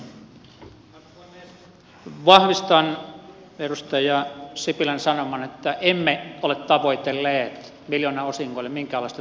vahvistan edustaja sipilän sanoman että emme ole tavoitelleet miljoonaosingoille minkäänlaista verohelpotusta